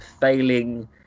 failing